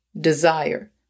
desire